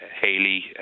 Hayley